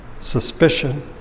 Suspicion